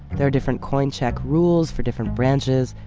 there are different coin check rules for different branches.